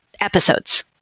episodes